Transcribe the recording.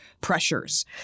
pressures